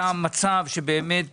היה מצב שבאמת